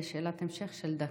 שאלת המשך של דקה.